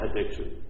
addiction